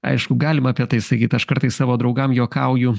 aišku galima apie tai sakyt aš kartais savo draugam juokauju